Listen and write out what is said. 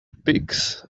pigs